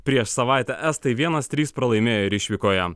prieš savaitę estai vienas trys pralaimėjo ir išvykoje